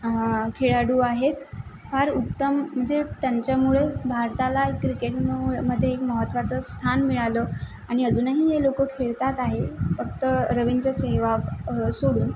खेळाडू आहेत फार उत्तम म्हणजे त्यांच्यामुळे भारताला एक क्रिकेटमध्ये एक महत्त्वाचं स्थान मिळालं आणि अजूनही हे लोक खेळतात आहे फक्त रवींद्र सेहेवाग सोडून